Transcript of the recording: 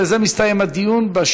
בזה מסתיים הדיון.